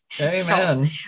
Amen